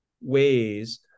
ways